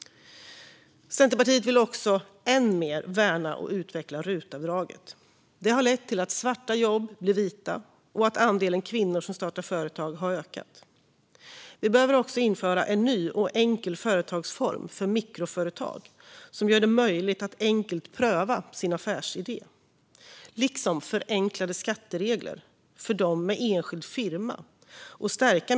Centerpartiet vill också värna och utveckla RUT-avdraget ännu mer. Det har lett till att svarta jobb blir vita och till att andelen kvinnor som startar företag har ökat. Vi behöver också införa en ny och enkel företagsform för mikroföretag som gör det möjligt att enkelt pröva sin affärsidé. Det behövs även förenklade skatteregler för dem med enskild firma.